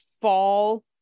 fall